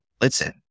listen